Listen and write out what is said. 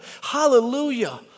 Hallelujah